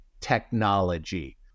technology